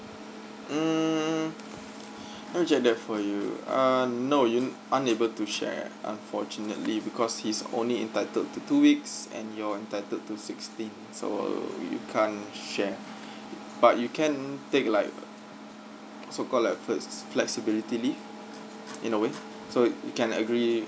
mm I'll check that for you err no you unable to share unfortunately because he's only entitled to two weeks and you're entitled to sixteen so you can't share but you can take like so called like flex~ flexibility leave in a way so you can like agree